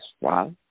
wow